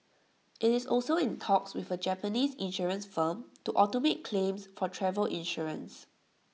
IT is also in talks with A Japanese insurance firm to automate claims for travel insurance